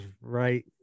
right